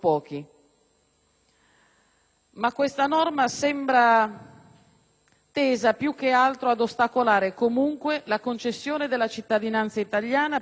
tesa più che altro ad ostacolare comunque la concessione della cittadinanza italiana più che ad esigere un'effettiva *ratio* familiare.